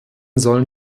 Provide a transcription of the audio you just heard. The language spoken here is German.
sollen